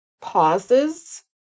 pauses